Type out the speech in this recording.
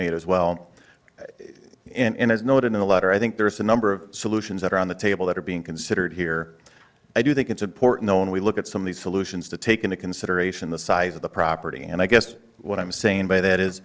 made as well in his note in the letter i think there's a number of solutions that are on the table that are being considered here i do think it's important when we look at some of these solutions to take into consideration the size of the property and i guess what i'm saying by that is